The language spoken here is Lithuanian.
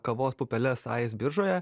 kavos pupeles ais biržoje